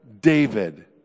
David